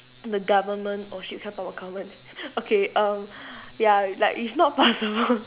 the government oh shit we cannot talk about government okay err ya like it's not possible